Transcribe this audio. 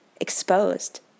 exposed